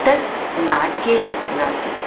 तत् नाट्ये शक्नोति